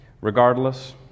Regardless